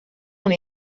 una